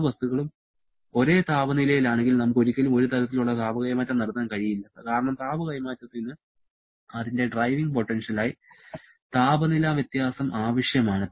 രണ്ട് വസ്തുക്കളും ഒരേ താപനിലയിലാണെങ്കിൽ നമുക്ക് ഒരിക്കലും ഒരു തരത്തിലുള്ള താപ കൈമാറ്റം നടത്താൻ കഴിയില്ല കാരണം താപ കൈമാറ്റത്തിന് അതിന്റെ ഡ്രൈവിംഗ് പൊട്ടൻഷ്യലായി താപനില വ്യത്യാസം ആവശ്യമാണ്